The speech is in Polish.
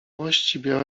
wielkiej